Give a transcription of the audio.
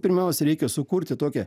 pirmiausia reikia sukurti tokią